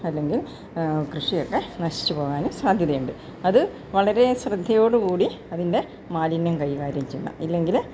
അല്ലെങ്കിൽ കൃഷിയൊക്കെ നശിച്ച് പോകാനും സാധ്യത ഉണ്ട് അത് വളരേ ശ്രദ്ധയോടുകൂടി അതിൻ്റെ മാലിന്യം കൈകാര്യം ചെയ്യണം ഇല്ലെങ്കില്